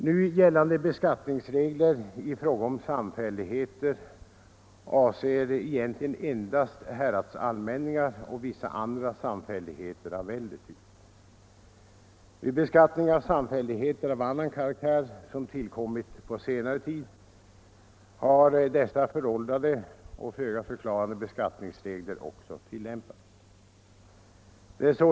Nu gällande beskattningsregler i fråga om samfälligheter avser egentligen endast häradsallmänningar och vissa andra samfälligheter av äldre Vi beskattning av samfälligheter av annan karaktär som tillkommit på senare tid har dessa föråldrade och föga förklarande beskattningsregler också tillämpats.